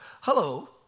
Hello